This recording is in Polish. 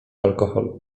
alkohol